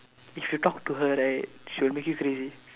you should talk to her right she'll make you crazy